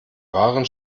wahren